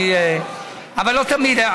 אבל לא תמיד,